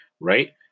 right